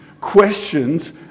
questions